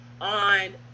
on